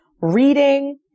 reading